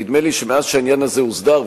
נדמה לי שמאז שהעניין הזה הוסדר,